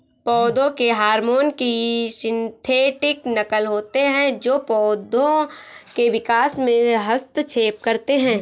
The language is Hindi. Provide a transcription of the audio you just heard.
पौधों के हार्मोन की सिंथेटिक नक़ल होते है जो पोधो के विकास में हस्तक्षेप करते है